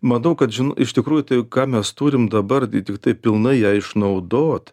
manau kad iš tikrųjų tai ką mes turim dabar tai tiktai pilnai ją išnaudot